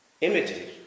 imitate